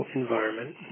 environment